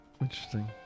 Interesting